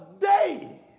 day